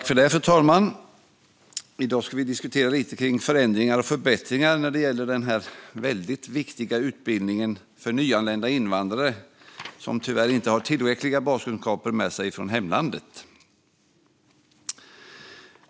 Fru talman! I dag ska vi diskutera lite kring förändringar och förbättringar när det gäller den väldigt viktiga utbildningen för nyanlända invandrare som tyvärr inte har tillräckliga baskunskaper med sig från hemlandet.